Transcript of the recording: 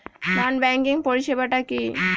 নন banking পরিষেবা টা কি?